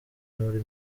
muri